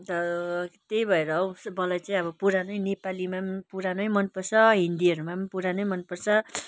त त्यही भएर अवश्य मलाई चाहिँ अब पुरानै नेपालीमा पुरानै मन पर्छ हिन्दीहरूमा पुरानै मन पर्छ